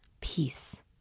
peace